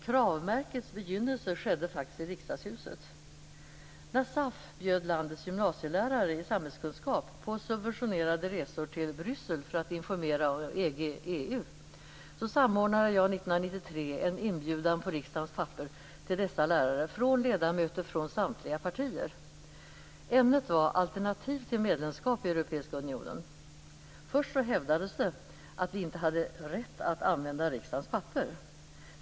KRAV-märkets begynnelse skedde faktiskt i Riksdagshuset. När SAF bjöd landets gymnasielärare i samhällskunskap på subventionerade resor till Bryssel för att informera om EG/EU samordnade jag 1993 en inbjudan på riksdagens papper till dessa lärare från ledamöter från samtliga partier. Ämnet var Alternativ till medlemskap i Europeiska unionen. Först hävdades det att vi inte hade rätt att använda riksdagens papper.